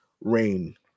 rain